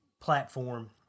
platform